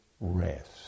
rest